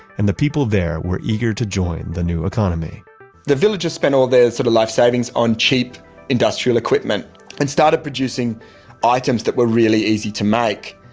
and the people there were eager to join the new economy the villagers spent all their sort of life savings on cheap industrial equipment and started producing items that were really easy to make.